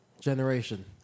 generation